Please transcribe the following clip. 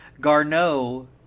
Garneau